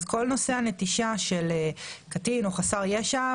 אז כל נושא הנטישה של קטין או חסר ישע,